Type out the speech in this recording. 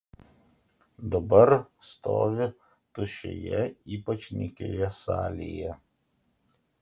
dabar stovi tuščioje ypač nykioje salėje